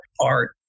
art